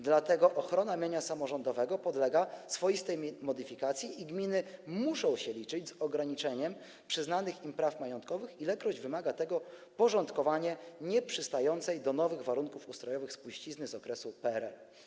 Dlatego ochrona mienia samorządowego podlega swoistej modyfikacji i gminy muszą się liczyć z ograniczeniem przyznanych im praw majątkowych, ilekroć wymaga tego porządkowanie nieprzystającej do nowych warunków ustrojowych spuścizny z okresu PRL.